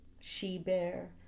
She-bear